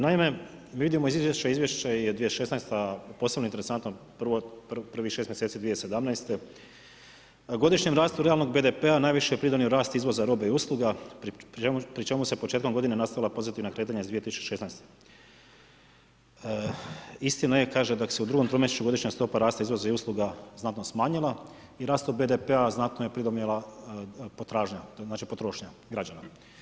Naime, vidimo iz izvješća, izvješće je 2016. posebno interesantno prvih 6 mjeseci 2017. godišnjem rastu realnog BDP-a najviše je pridonio rast izvoza robe i usluga pri čemu se početkom godine nastavila pozitivna kretanja iz 2016. istina je da se u drugom tromjesečju godišnja stopa rasta izvoza i usluga znatno smanjila i rastu BDP-a znatno je pridonijela potražnja, to znači potrošnja građana.